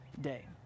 day